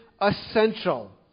essential